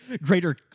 greater